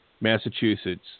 Massachusetts